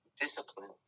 Discipline